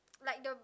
like the